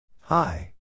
Hi